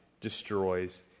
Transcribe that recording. destroys